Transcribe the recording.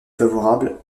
favorables